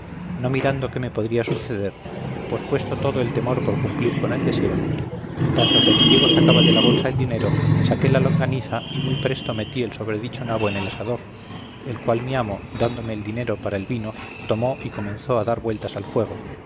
no mirando qué me podría suceder pospuesto todo el temor por cumplir con el deseo en tanto que el ciego sacaba de la bolsa el dinero saqué la longaniza y muy presto metí el sobredicho nabo en el asador el cual mi amo dándome el dinero para el vino tomó y comenzó a dar vueltas al fuego